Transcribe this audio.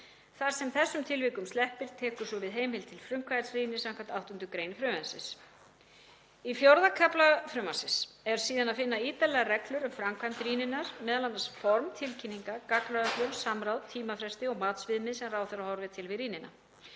Þar sem þessum tilvikum sleppir tekur svo við heimild til frumkvæðisrýni samkvæmt 8. gr. frumvarpsins. Í IV. kafla frumvarpsins er síðan að finna ítarlegar reglur um framkvæmd rýninnar, m.a. form tilkynninga, gagnaöflun, samráð, tímafresti og matsviðmið sem ráðherra horfir til við rýnina.